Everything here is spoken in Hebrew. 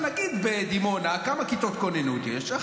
נגיד בדימונה, כמה כיתות כוננות יש?